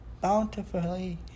bountifully